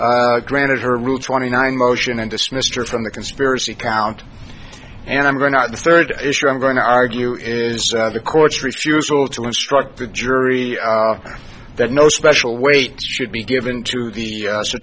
judge granted her rule twenty nine motion and dismissed her from the conspiracy count and i'm going at the third issue i'm going to argue is the court's refusal to instruct the jury that no special weight should be given to the cer